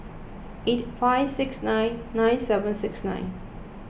eight five six nine nine seven six nine